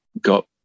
got